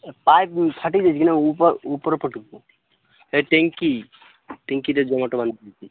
pipe ଫାଟି ଯାଇଛି ନା ଉପର ପଟକୁ ସେ ଟାଙ୍କି ଟାଙ୍କିଟା ଜମାଟ ବାନ୍ଧିଛି